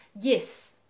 yes